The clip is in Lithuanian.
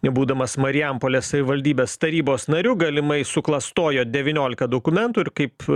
būdamas marijampolės savivaldybės tarybos nariu galimai suklastojo devyniolika dokumentų ir kaip